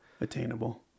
attainable